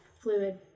fluid